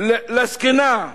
על הזקנה מהמסדרון,